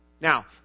Now